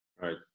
Right